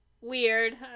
weird